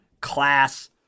class